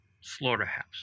slaughterhouse